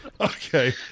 Okay